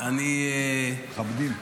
מכבדים.